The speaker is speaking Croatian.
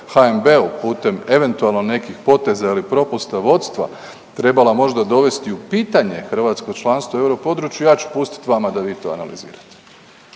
HNB-u putem eventualno nekih poteza ili propusta vodstva trebala možda dovesti u pitanje hrvatsko članstvo u euro područje, ja ću pustit vama da vi to analizirate,